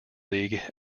league